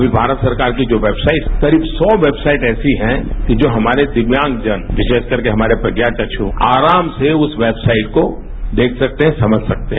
अभी भारत सरकार की जो वेबसाइट करीब सौ वेबसाइट ऐसी है कि जो हमारे दिव्यांगजन विशेष करके हमारे प्रज्ञावक्ष् आराम से उस वेबसाइट को देख सकते है समझ सकते है